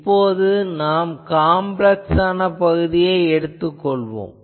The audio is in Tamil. இப்போது காம்ப்ளக்ஸ் பகுதியை நாம் கொண்டுள்ளோம்